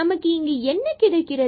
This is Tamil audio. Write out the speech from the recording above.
நமக்கு இங்கு என்ன கிடைக்கிறது